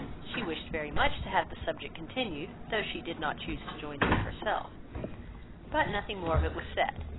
she wished very much to have the subject continued, though she did not chuse to join in it herself but nothing more of it was said,